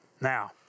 Now